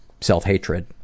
self-hatred